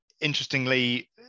Interestingly